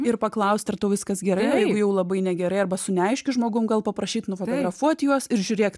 ir paklaust ar tau viskas gerai jeigu jau labai negerai arba su neaiškiu žmogum gal paprašyt nufotografuot juos ir žiūrėk